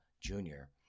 junior